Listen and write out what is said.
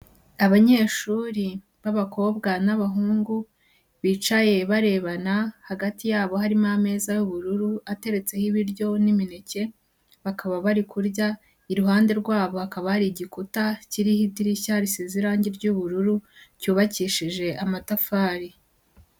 Abanyeshuri b'abakobwa n'abahungu bicaye barebana, hagati yabo harimo ameza y'ubururu ateretseho ibiryo n'imineke bakaba bari kurya, iruhande rwabokaba ari igikuta kiriho idirishya risize irangi ry'ubururu cyuyubakishije amatafari.